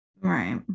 Right